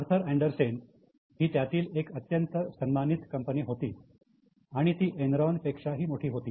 Arthur Andersen ही त्यातील एक अत्यंत सन्मानित कंपनी होती आणि ती एनरॉन पेक्षाही मोठी होती